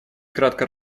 кратко